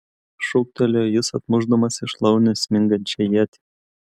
šūktelėjo jis atmušdamas į šlaunį smingančią ietį